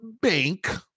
bank